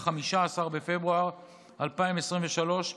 15 בפברואר 2023,